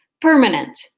permanent